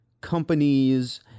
Companies